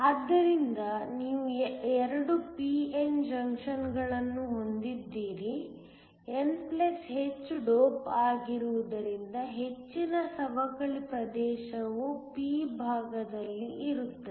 ಆದ್ದರಿಂದ ನೀವು 2 p n ಜಂಕ್ಷನ್ಗಳನ್ನು ಹೊಂದಿದ್ದೀರಿ n ಹೆಚ್ಚು ಡೋಪ್ ಆಗಿರುವುದರಿಂದ ಹೆಚ್ಚಿನ ಸವಕಳಿ ಪ್ರದೇಶವು p ಭಾಗದಲ್ಲಿರುತ್ತದೆ